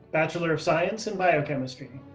bachelor of science in biochemistry.